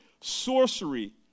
sorcery